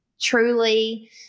truly